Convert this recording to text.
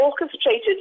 orchestrated